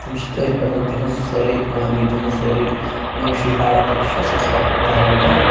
تِم چھِ تٔتھۍ پؠٹھ تہنٛز سٲرٕے اِکنوٛامی تہنٛز سورُے معاشی حالات یۄس چھِ سۄ چھِ أتھۍ پؠٹھ دارومَدار